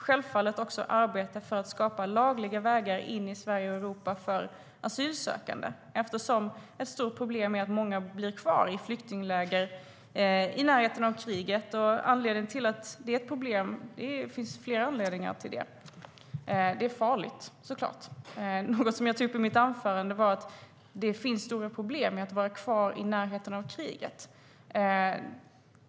Självfallet ska vi även arbeta för att skapa lagliga vägar in i Sverige och Europa för asylsökande. Ett stort problem är att många blir kvar i flyktingläger i närheten av kriget. Det finns flera anledningar till att det är ett problem, bland annat att det är farligt. Jag tog i mitt anförande upp att det finns stora problem med att vara kvar i närheten av krig.